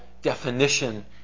Definition